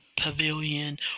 pavilion